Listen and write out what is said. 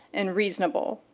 and reasonable.